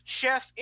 chef